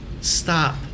stop